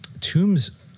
Tombs